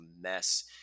mess